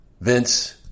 Vince